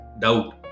doubt